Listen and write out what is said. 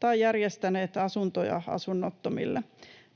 tai järjestäneet asuntoja asunnottomille.